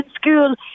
school